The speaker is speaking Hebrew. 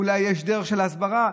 אולי יש דרך של הסברה,